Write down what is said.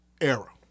era